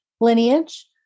lineage